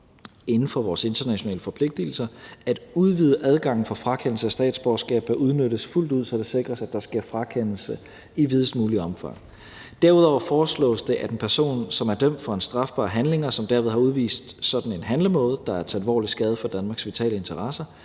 inden for vores internationale forpligtelser at udvide adgangen for frakendelse af statsborgerskab bør udnyttes fuldt ud, så det sikres, at der sker frakendelse i videst muligt omfang. Derudover foreslås det, at en person, som er dømt for en strafbar handling, og som derved har udvist sådan en handlemåde, der er til alvorlig skade for Danmarks vitale interesser,